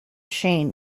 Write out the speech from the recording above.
shane